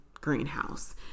greenhouse